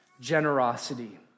generosity